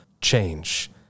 change